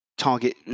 Target